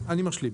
להשלים.